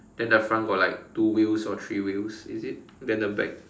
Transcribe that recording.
then the front got like two wheels or three wheels is it then the back